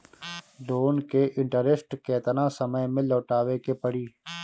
Loan के interest केतना समय में लौटावे के पड़ी?